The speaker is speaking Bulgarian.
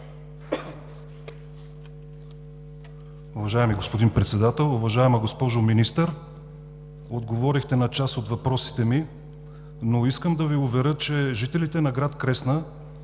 Уважаеми господин Председател! Уважаема госпожо Министър, отговорихте на част от въпросите ми. Но искам да Ви уверя, че жителите на град Кресна